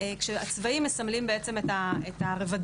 כשהצבעים מסמלים בעצם את הרבדים,